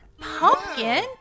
Pumpkin